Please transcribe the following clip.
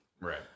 Right